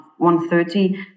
1.30